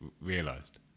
realised